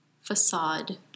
Facade